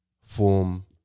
form